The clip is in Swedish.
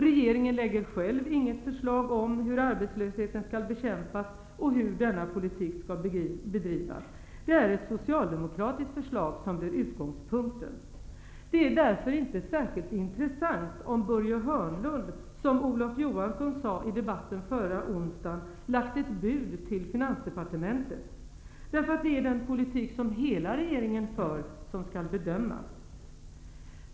Regeringen lägger själv inte fram något förslag om hur arbetslösheten skall bekämpas och hur denna politik skall bedrivas. Det är ett socialdemokratiskt förslag som är utgångspunkten. Det är därför inte särskilt intressant om Börje Hörnlund har lagt ett bud till finansdepartementet -- som Olof Johansson sade i debatten förra onsdagen. Det är den politik som hela regeringen för som skall bedömas.